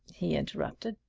he interrupted.